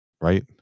Right